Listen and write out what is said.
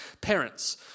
parents